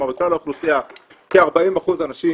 בכלל האוכלוסייה לכ-40% מהאנשים